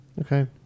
Okay